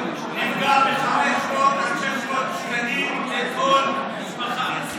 הוא נפגע ב-500 עד 600 שקלים לכל משפחה.